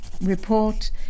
Report